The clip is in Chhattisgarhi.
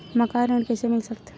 मकान ऋण कइसे मिल सकथे?